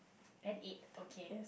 an eight okay